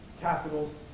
capitals